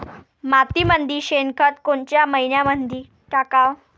मातीमंदी शेणखत कोनच्या मइन्यामंधी टाकाव?